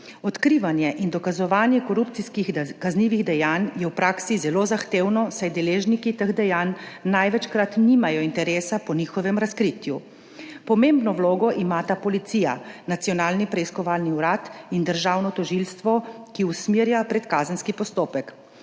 Odkrivanje in dokazovanje korupcijskih kaznivih dejanj je v praksi zelo zahtevno, saj deležniki teh dejanj največkrat nimajo interesa po njihovem razkritju. Pomembno vlogo imata policija, Nacionalni preiskovalni urad in Državno tožilstvo, ki usmerja predkazenski postopek.